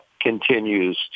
continues